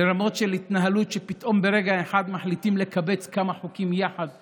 לרמות של התנהלות שפתאום ברגע אחד מחליטים לקבץ כמה חוקים יחד ועליהם,